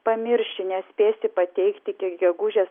pamirši nespėsi pateikti iki gegužės